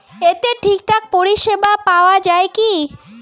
এতে ঠিকঠাক পরিষেবা পাওয়া য়ায় কি?